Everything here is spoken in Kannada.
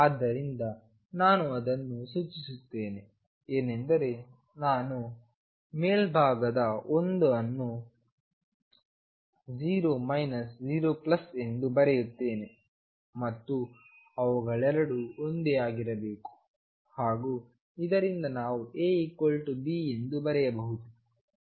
ಆದ್ದರಿಂದ ನಾನು ಅದನ್ನು ಸೂಚಿಸುತ್ತೇನೆ ಏನೆಂದರೆ ನಾನು ಮೇಲ್ಭಾಗದ 1 ಅನ್ನು 0 0 ಎಂದು ಬರೆಯುತ್ತೇನೆ ಮತ್ತು ಅವುಗಳೆರಡೂ ಒಂದೇ ಆಗಿರಬೇಕು ಹಾಗೂ ಇದರಿಂದ ನಾವುAB ಎಂದು ಬರೆಯಬಹುದು